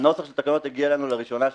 הנוסח של התקנות הגיע אלינו לראשונה שלשום,